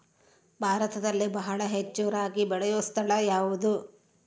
ಭಾರತದಲ್ಲಿ ಬಹಳ ಹೆಚ್ಚು ರಾಗಿ ಬೆಳೆಯೋ ಸ್ಥಳ ಯಾವುದು?